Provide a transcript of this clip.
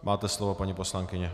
Máte slovo, paní poslankyně.